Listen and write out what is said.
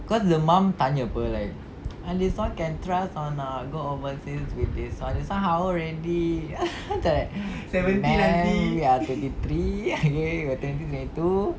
cause the mum tanya apa like ah this [one] can trust or not go overseas this [one] how old already twenty nine twenty three we are turning twenty two